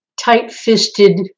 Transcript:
tight-fisted